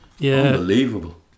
Unbelievable